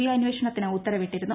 I അന്വേഷണത്തിന് ഉത്തരവിട്ടിരുന്നു